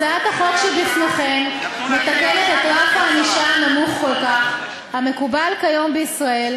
הצעת החוק שבפניכם מתקנת את רף הענישה הנמוך כל כך המקובל כיום בישראל,